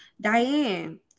Diane